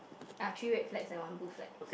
ah three red flags and one blue flag